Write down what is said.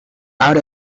out